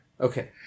Okay